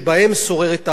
אני באמת מחכה לראות,